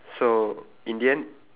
so in the end